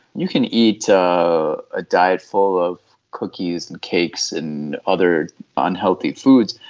you can eat a diet full of cookies and cakes and other unhealthy foods,